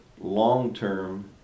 long-term